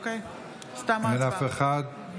אין אף אחד.